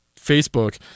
Facebook